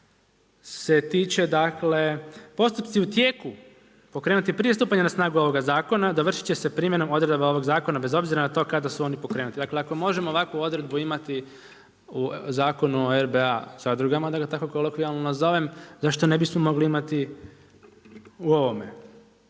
se tiče dakle postupci u tijeku pokrenuti prije stupanja na snagu ovoga zakona dovršiti će se primjenom odredaba ovoga zakona bez obzira na to kada su oni pokrenuti. Dakle ako možemo ovakvu odredbu imati u zakonu o RBA zadrugama, da ga tako kolokvijalno nazovem, zašto ne bismo mogli imati u ovome.